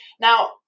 Now